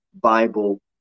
Bible